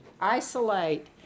Isolate